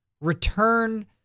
return